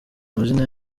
amazina